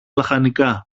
λαχανικά